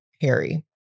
Harry